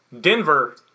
Denver